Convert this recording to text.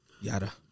Yada